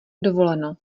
dovoleno